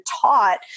taught